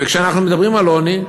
כשאנחנו מדברים על עוני,